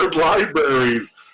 libraries